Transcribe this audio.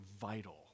vital